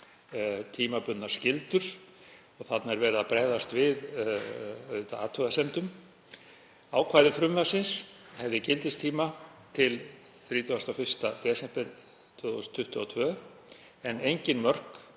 tímabundnar skyldur og þarna er verið að bregðast við athugasemdum um að ákvæði frumvarpsins hefði gildistíma til 31. desember 2022 en engin mörk